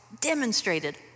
demonstrated